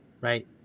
right